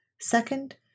second